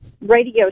radio